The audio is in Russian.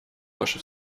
ваше